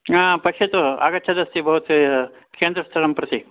हा पश्यतु आगच्छदस्ति भवत्याः केन्द्रस्थलं प्रति